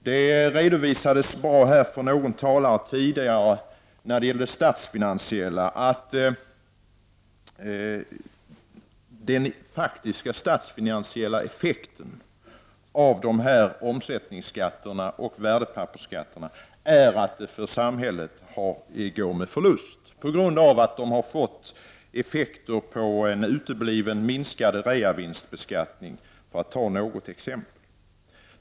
Det redovisades bra av en tidigare talare, att den faktiska statsfinansiella effekten av omsättningsskatten och värdepappersskatten är att de går med förlust för samhället. För att ta något exempel beror detta på att en minskad reavinstbeskattning uteblivit.